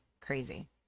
Crazy